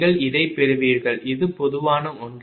நீங்கள் இதைப் பெறுவீர்கள் இது பொதுவான ஒன்று